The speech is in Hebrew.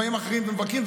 ובאים אחרים ומבקרים,